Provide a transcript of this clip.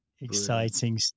Exciting